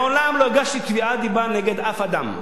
מעולם לא הגשתי תביעת דיבה נגד אף אדם.